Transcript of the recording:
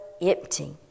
empty